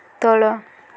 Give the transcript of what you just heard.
ତଳ